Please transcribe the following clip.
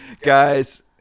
Guys